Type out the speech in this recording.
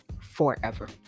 forever